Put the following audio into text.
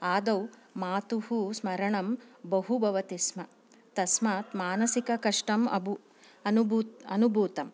आदौ मातुः स्मरणं बहु भवति स्म तस्मात् मानसिककष्टं अनुबूतं